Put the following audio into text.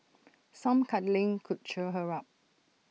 some cuddling could cheer her up